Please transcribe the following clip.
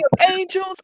Angels